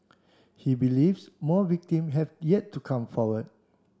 he believes more victim have yet to come forward